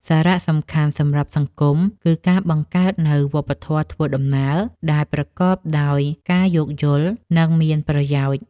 សារៈសំខាន់សម្រាប់សង្គម គឺការបង្កើតនូវវប្បធម៌ធ្វើដំណើរដែលប្រកបដោយការយោគយល់ និងមានប្រយោជន៍។